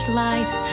light